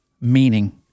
meaning